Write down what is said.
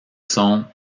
son